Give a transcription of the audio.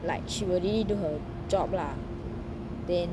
like she will really do her job lah then